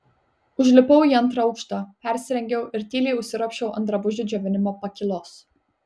užlipau į antrą aukštą persirengiau ir tyliai užsiropščiau ant drabužių džiovinimo pakylos